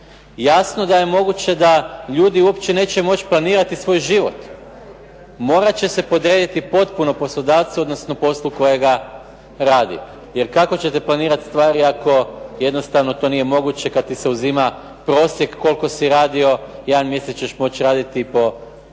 jasno da je moguće da ljudi uopće neće moći planirati svoj život. Morat će se podrediti potpuno poslodavcu, odnosno poslu kojega radi. Jer kako ćete planirati stvari ako jednostavno to nije moguće kad ti se uzima prosjek koliko si radio, jedan mjesec ćeš moći raditi po 200,